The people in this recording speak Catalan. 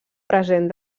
present